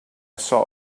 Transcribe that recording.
saw